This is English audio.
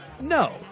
no